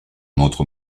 notre